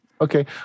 Okay